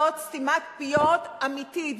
זאת סתימת פיות אמיתית,